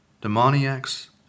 demoniacs